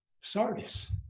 Sardis